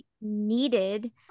needed